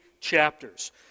chapters